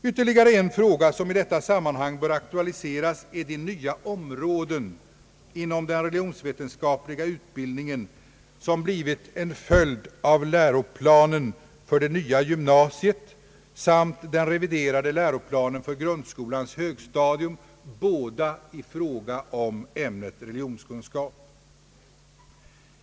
Ytterligare en fråga som i detta sammanhang bör aktualiseras är de nya områden inom den religionsvetenskapliga utbildningen som blivit en följd av läroplanen för det nya gymnasiet samt den reviderade läroplanen för grundskolans högstadium, båda i fråga om ämnet religionskunskap.